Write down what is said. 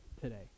today